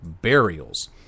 burials